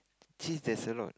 cheese there is a lot